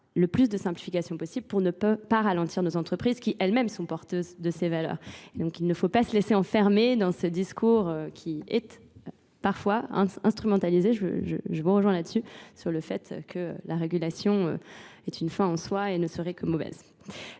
le plus de simplification possible pour ne pas ralentir nos entreprises qui elles-mêmes sont porteuses de ces valeurs. Donc il ne faut pas se laisser enfermer dans ce discours qui est parfois instrumentalisé, je vous rejoins là-dessus, sur le fait que la régulation est une fin en soi et ne serait que mauvaise.